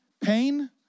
Pain